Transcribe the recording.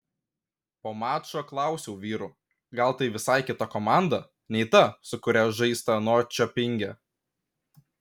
po mačo klausiau vyrų gal tai visai kita komanda nei ta su kuria žaista norčiopinge